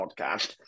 podcast